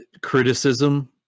criticism